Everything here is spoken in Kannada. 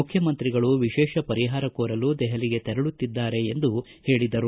ಮುಖ್ಯಮಂತ್ರಿಗಳು ವಿಶೇಷ ಪರಿಹಾರ ಕೋರಲು ದೆಹಲಿಗೆ ತೆರಳುತ್ತಿದ್ದಾರೆ ಎಂದು ಹೇಳದರು